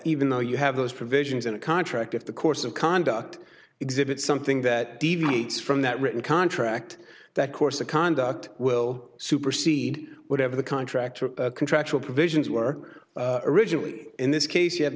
even though you have those provisions in a contract if the course of conduct exhibits something that deviates from that written contract that course of conduct will supersede whatever the contract or a contractual provisions were originally in this case you have